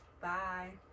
Bye